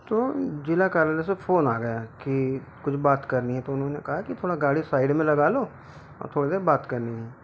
तो जिला कार्यालय से फ़ोन आ गया कि कुछ बात करनी है तो उन्होंने कहा कि थोड़ा गाड़ी साइड में लगा लो और थोड़ी देर बात करनी है